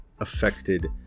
affected